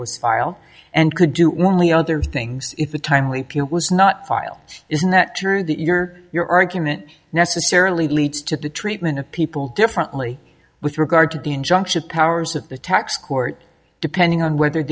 was file and could do would only other things if the timely was not file isn't that true that you or your argument necessarily leads to the treatment of people differently with regard to the injunction powers of the tax court depending on whether